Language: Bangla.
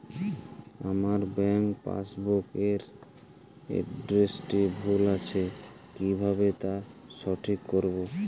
আমার ব্যাঙ্ক পাসবুক এর এড্রেসটি ভুল আছে কিভাবে তা ঠিক করবো?